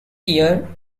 year